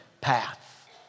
path